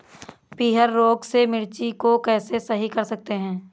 पीहर रोग से मिर्ची को कैसे सही कर सकते हैं?